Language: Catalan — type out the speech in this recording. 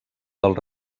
del